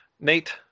Nate